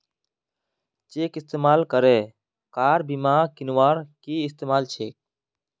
Cheque इस्तेमाल करे car बीमा कीन्वार की तरीका छे?